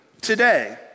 today